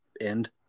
end